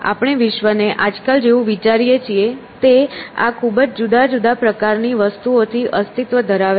આપણે વિશ્વને આજકાલ જેવું વિચારીએ છીએ તે આ ખૂબ જ જુદા જુદા પ્રકારની વસ્તુઓ થી અસ્તિત્વ ધરાવે છે